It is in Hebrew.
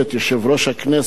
יושב-ראש הכנסת,